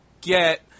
get